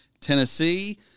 Tennessee